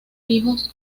hijos